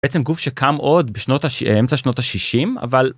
בעצם איזה גוף שקם עוד בשנות ... באמצע שנות השישים אבל.